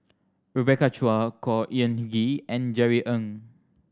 Rebecca Chua Khor Ean Ghee and Jerry Ng